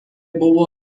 buvo